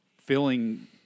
filling